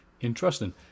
Interesting